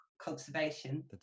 conservation